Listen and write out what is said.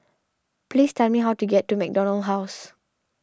please tell me how to get to MacDonald House